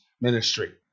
ministry